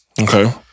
Okay